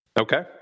Okay